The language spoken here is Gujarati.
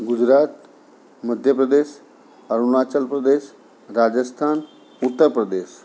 ગુજરાત મધ્ય પ્રદેશ અરુણાચલ પ્રદેશ રાજસ્થાન ઉત્તર પ્રદેશ